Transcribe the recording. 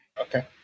Okay